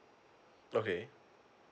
okay